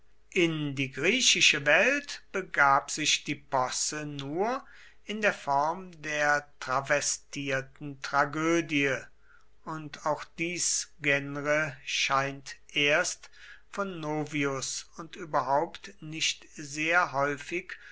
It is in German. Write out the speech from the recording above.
in die griechische welt begab sich die posse nur in der form der travestierten tragödie und auch dies genre scheint erst von novius und überhaupt nicht sehr häufig